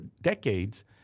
decades